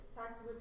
Taxes